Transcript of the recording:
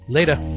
Later